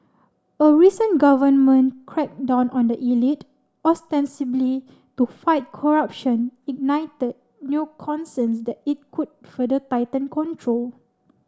a recent government crackdown on the elite ostensibly to fight corruption ignited new concerns that it could further tighten control